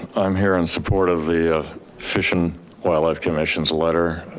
i'm here in support of the wildlife commission's letter